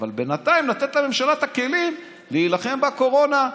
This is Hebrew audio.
אבל בינתיים לתת לממשלה את הכלים להילחם בקורונה.